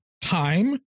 time